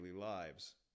lives